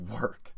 work